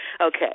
Okay